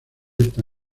esta